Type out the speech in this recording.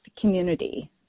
community